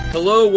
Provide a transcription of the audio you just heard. Hello